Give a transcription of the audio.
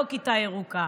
לא כיתה ירוקה.